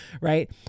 right